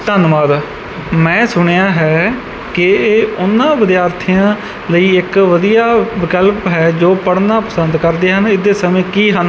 ਧੰਨਵਾਦ ਮੈਂ ਸੁਣਿਆ ਹੈ ਕਿ ਇਹ ਉਹਨਾਂ ਵਿਦਿਆਰਥੀਆਂ ਲਈ ਇੱਕ ਵਧੀਆ ਵਿਕਲਪ ਹੈ ਜੋ ਪੜ੍ਹਨਾ ਪਸੰਦ ਕਰਦੇ ਹਨ ਇਸ ਦੇ ਸਮੇਂ ਕੀ ਹਨ